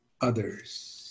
others